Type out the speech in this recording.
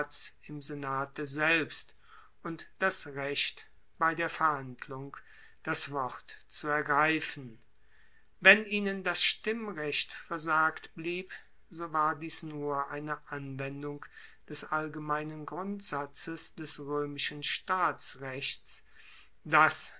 im senate selbst und das recht bei der verhandlung das wort zu ergreifen wenn ihnen das stimmrecht versagt blieb so war dies nur eine anwendung des allgemeinen grundsatzes des roemischen staatsrechts dass